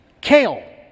Kale